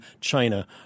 China